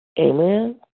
Amen